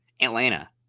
atlanta